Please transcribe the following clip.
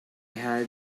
had